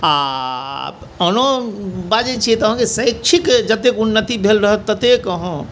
आओर आनो बाजै छिए तऽ अहाँके शैक्षिक जतेक उन्नति भेल रहत ततेक अहाँमे